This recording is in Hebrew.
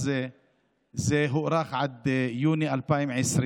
אז זה הוארך עד יוני 2020,